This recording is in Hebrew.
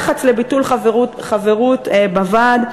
לחץ לביטול חברות בוועד,